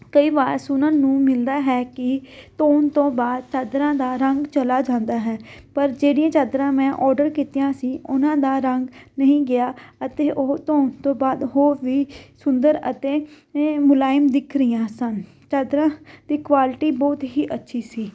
ਕਈ ਵਾਰ ਸੁਣਨ ਨੂੰ ਮਿਲਦਾ ਹੈ ਕਿ ਧੋਣ ਤੋਂ ਬਾਅਦ ਚਾਦਰਾਂ ਦਾ ਰੰਗ ਚਲਾ ਜਾਂਦਾ ਹੈ ਪਰ ਜਿਹੜੀਆਂ ਚਾਦਰਾਂ ਮੈਂ ਔਡਰ ਕੀਤੀਆਂ ਸੀ ਉਹਨਾਂ ਦਾ ਰੰਗ ਨਹੀਂ ਗਿਆ ਅਤੇ ਉਹ ਧੋਣ ਤੋਂ ਬਾਅਦ ਹੋਰ ਵੀ ਸੁੰਦਰ ਅਤੇ ਮੁਲਾਇਮ ਦਿਖ ਰਹੀਆਂ ਸਨ ਚਾਦਰਾਂ ਦੀ ਕੁਆਲਿਟੀ ਬਹੁਤ ਹੀ ਅੱਛੀ ਸੀ